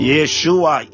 Yeshua